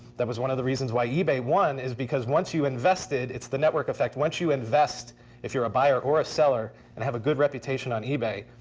that was one of the reasons why ebay won is because once you invested, it's the network effect, once you invest if you're a buyer or seller and have a good reputation on ebay.